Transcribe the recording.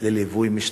בליווי משטרתי,